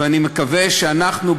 ואני מקווה שאנחנו,